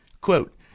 Quote